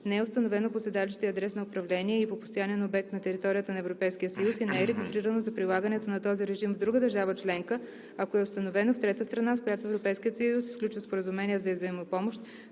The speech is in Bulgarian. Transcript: не е установено по седалище и адрес на управление и по постоянен обект на територията на Европейския съюз и не е регистрирано за прилагането на този режим в друга държава членка, ако е установено в трета страна, с която Европейският съюз е сключил споразумение за взаимопомощ,